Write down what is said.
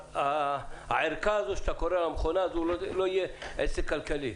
הערכה הזו או המכונה הזו לא יהיה עסק כלכלי.